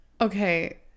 Okay